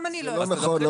זה לא נכון,